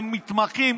הם מתמחים,